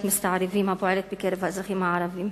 מסתערבים הפועלת בקרב האזרחים הערבים.